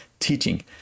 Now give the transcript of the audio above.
Teaching